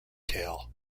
tail